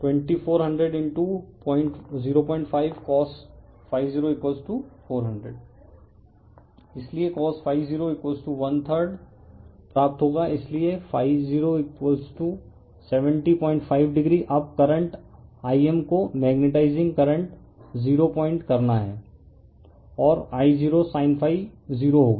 refer slide time 2756 इसलिए cos0 one third प्राप्त होगा इसलिए0705 o अब करंट I m को मैग्नेटाइजिंग करंट 0 पॉइंट करना और I0sin 0 होगा